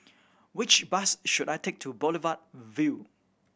which bus should I take to Boulevard Vue